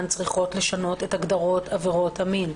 צריכות לשנות את הגדרות עבירות המין.